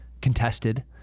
contested